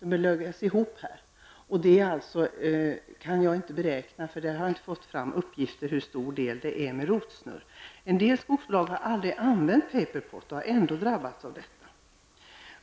Jag kan inte göra någon beräkning, eftersom jag inte har fått fram uppgifter på hur stor andelen är med rotsnurr. En del skogsbolag har aldrig använt paperpot, men har ändå drabbats av rotsnurr.